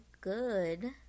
good